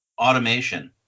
automation